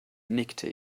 nickte